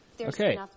Okay